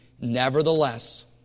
Nevertheless